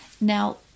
Now